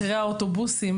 מחירי האוטובוסים,